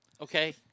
Okay